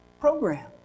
program